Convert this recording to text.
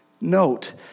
Note